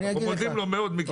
אנחנו מודים לו מאוד מקרב לב.